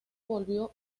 volvió